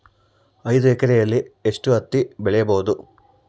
ಐದು ಎಕರೆಯಲ್ಲಿ ಎಷ್ಟು ಹತ್ತಿ ಬೆಳೆಯಬಹುದು?